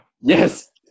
Yes